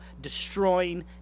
destroying